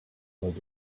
hold